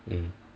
mm